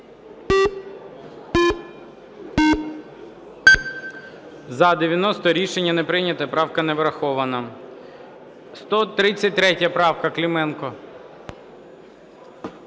За-90 Рішення не прийнято. Правка не врахована. 133 правка. Клименко.